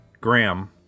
Graham